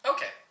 Okay